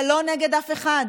זה לא נגד אף אחד,